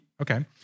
Okay